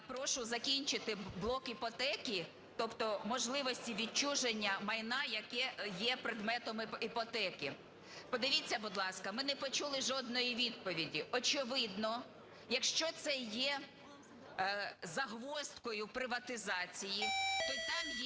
Я прошу закінчити блок іпотеки, тобто можливості відчуження майна, яке є предметом іпотеки. Подивіться, будь ласка, ми не почули жодної відповіді. Очевидно, якщо це є загвоздкой приватизації, то там є